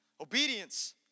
Obedience